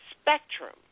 spectrum